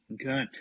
Okay